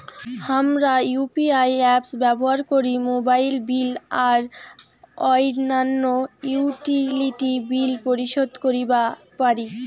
হামরা UPI apps ব্যবহার করি মোবাইল বিল আর অইন্যান্য ইউটিলিটি বিল পরিশোধ করিবা পারি